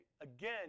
again